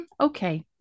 okay